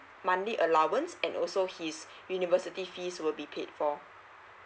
monthly allowance and also his university fees will be paid for